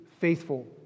faithful